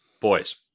Boys